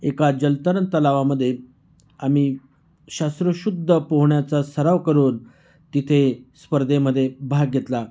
एका जलतरण तलावामध्ये आम्ही शास्त्रशुद्ध पोहण्याचा सराव करून तिथे स्पर्धेमध्ये भाग घेतला